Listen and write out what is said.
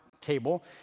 table